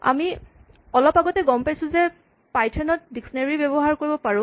আমি অলপ আগতে গম পাইছো যে আমি পাইথনত ডিক্সনেৰী ব্যৱহাৰ কৰিব পাৰোঁ